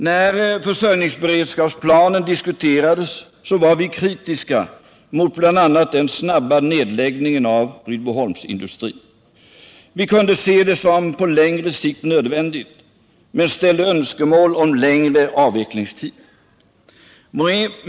När försörjningsberedskapsplanen diskuterades var vi kritiska mot bl.a. den snabba nedläggningen av Rydboholmsindustrin. Vi kunde se en nedläggning på längre sikt som nödvändig men ställde önskemål om längre avvecklingstid.